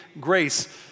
grace